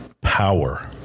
power